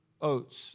Oats